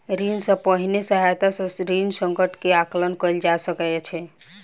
ऋण सॅ पहिने सहायता सॅ ऋण संकट के आंकलन कयल जा सकै छै